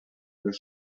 raibh